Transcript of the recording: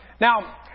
Now